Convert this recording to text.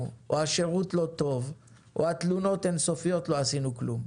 או השירות לא טוב או התלונות הן אין סופיות לא עשינו כלום.